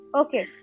okay